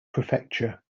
prefecture